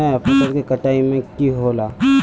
फसल के कटाई में की होला?